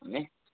நீ